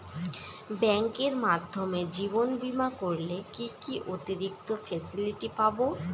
ব্যাংকের মাধ্যমে জীবন বীমা করলে কি কি অতিরিক্ত ফেসিলিটি পাব?